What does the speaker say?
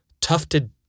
tufted